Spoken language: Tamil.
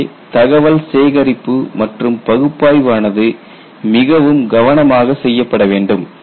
எனவே தகவல் சேகரிப்பு மற்றும் பகுப்பாய்வு ஆனது மிகவும் கவனமாக செய்யப்பட வேண்டும்